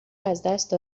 ازدست